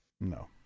no